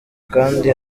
kandi